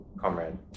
comrade